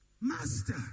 Master